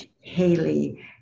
Haley